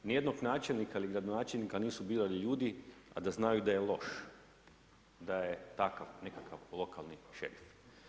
Ni jednog načelnika ili gradonačelnika nisu birali ljudi, a da znaju da je loš, da je takav nekakav lokalni šerif.